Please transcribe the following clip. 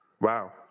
Wow